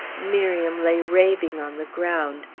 miriam lay raving on the ground.